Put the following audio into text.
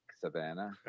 savannah